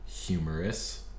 humorous